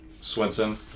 Swenson